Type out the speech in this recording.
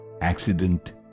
accident